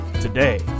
today